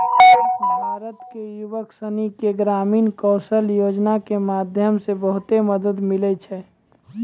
भारत के युवक सनी के ग्रामीण कौशल्या योजना के माध्यम से बहुत मदद मिलै छै